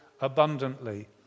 abundantly